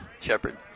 Shepard